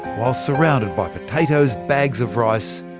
while surrounded by potatoes, bags of rice,